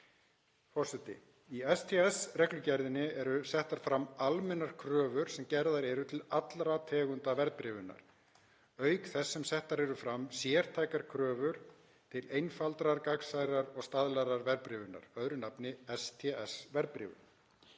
Forseti. Í STS-reglugerðinni eru settar fram almennar kröfur sem gerðar eru til allra tegunda verðbréfunar, auk þess sem settar eru fram sértækar kröfur til einfaldrar, gagnsærrar og staðlaðrar verðbréfunar, öðru nafni STS-verðbréfun.